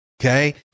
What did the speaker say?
Okay